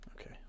Okay